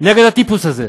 נגד הטיפוס הזה.